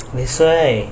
that's why